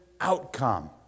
outcome